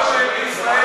בגלל שאין בישראל,